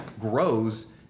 grows